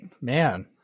Man